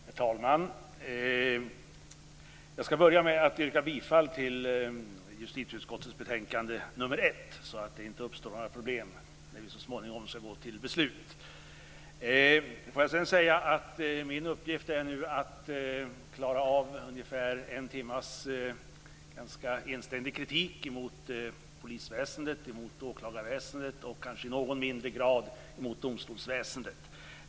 Herr talman! Jag skall börja med att yrka bifall till hemställan i justitieutskottets betänkande nr 1, så att det inte uppstår några problem när vi så småningom skall gå till beslut. Min uppgift är nu att klara av ungefär en timmes ganska ensartad kritik mot polisväsendet, mot åklagarväsendet och kanske i någon mindre grad mot domstolsväsendet.